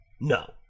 No